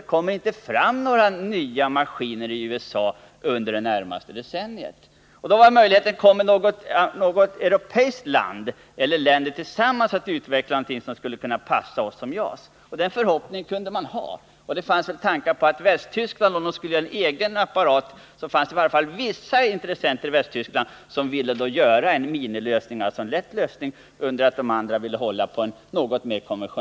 Det kommer alltså inte fram några nya maskiner i USA under det närmaste decenniet. Då frågar man sig om något europeiskt land eller några europeiska länder tillsammans kommer att utveckla någonting som skulle kunna passa som JAS. Den förhoppningen kunde man ha. Skulle Västtyskland utveckla ett eget system, fanns det åtminstone vissa intressenter där som vill ha en lätt lösning, under det att andra vill ha ett större plan.